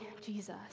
Jesus